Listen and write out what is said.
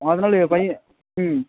அதனால் ஏ பையன் ம்